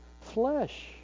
flesh